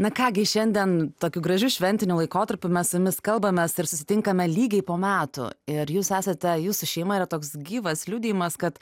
na ką gi šiandien tokiu gražiu šventiniu laikotarpiu mes su jumis kalbamės ir susitinkame lygiai po metų ir jūs esate jūsų šeima yra toks gyvas liudijimas kad